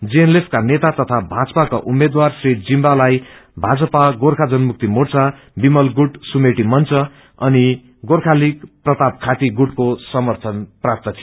GNLF का नेता तथा भाजपा का उम्मेद्वार श्री जिम्बालाई भाजपा गोर्खा जनमुक्ति मोर्चा विमल गुद सुमेटि मंच अनिगोखालीग प्रताप खाती गुटको सर्मथन प्राप्त थियो